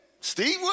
Steve